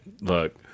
Look